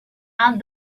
and